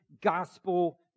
gospel